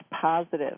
positive